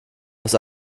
aus